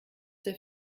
der